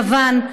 יוון,